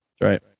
Right